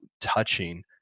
touching